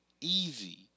easy